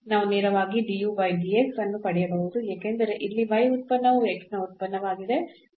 ನಾವು ನೇರವಾಗಿ ಅನ್ನು ಪಡೆಯಬಹುದು ಏಕೆಂದರೆ ಇಲ್ಲಿ ಉತ್ಪನ್ನವು ನ ಉತ್ಪನ್ನವಾಗಿದೆ